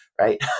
right